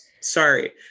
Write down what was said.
sorry